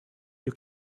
you